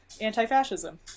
anti-fascism